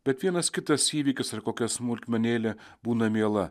bet vienas kitas įvykis ar kokia smulkmenėlė būna miela